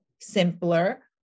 simpler